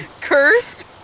Curse